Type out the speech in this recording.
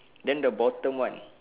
then the bottom one